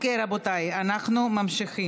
אין נמנעים.